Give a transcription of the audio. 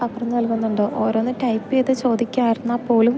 അവർ നൽകുന്നുണ്ടോ ഓരോന്ന് ടൈപ്പ് ചെയ്ത് ചോദിക്ക്യാർന്നാ പോലും